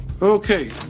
Okay